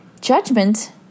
judgment